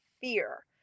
fear